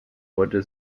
wurde